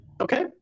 Okay